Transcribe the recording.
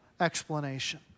explanation